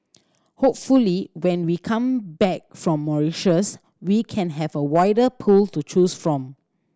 hopefully when we come back from we can have a wider pool to choose from